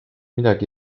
midagi